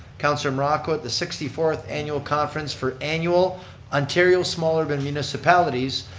councillor morocco at the sixty fourth annual conference for annual ontario small urban municipalities,